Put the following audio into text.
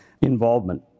involvement